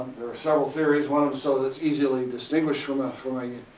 there are several theories. one so that's easily distinguished from a, from a,